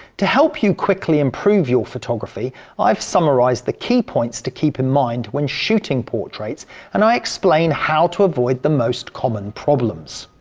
to help you quickly improve your photography i've summarized the key points to keep in mind when shooting portraits and i explain how to avoid the most common problems.